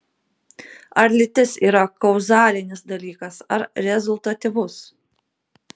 ar lytis yra kauzalinis dalykas ar rezultatyvus